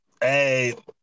hey